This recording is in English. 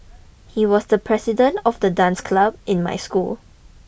he was the president of the dance club in my school